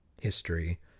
history